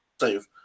save